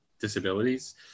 disabilities